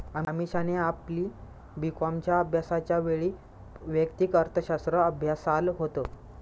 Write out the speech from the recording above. अमीषाने आपली बी कॉमच्या अभ्यासाच्या वेळी वैयक्तिक अर्थशास्त्र अभ्यासाल होत